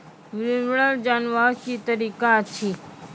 विवरण जानवाक की तरीका अछि?